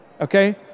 okay